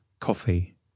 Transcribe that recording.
Coffee